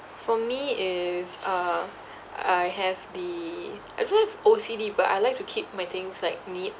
for me is uh I have the I don't know if O_C_D but I like to keep my things like neat